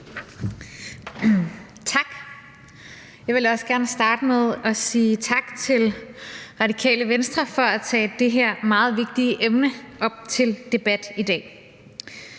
Tak. Jeg vil også gerne starte med at sige tak til Radikale Venstre for at tage det her meget vigtige emne op til debat i dag.